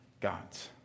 God's